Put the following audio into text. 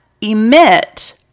emit